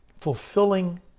fulfilling